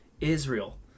Israel